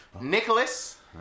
Nicholas